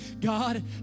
God